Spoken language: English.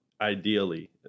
ideally